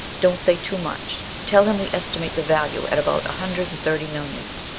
don't say too much. tell him we estimate the value at about a hundred and thirty millions.